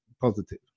positive